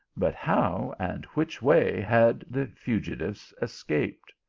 but how, and which way had the fugitives escaped?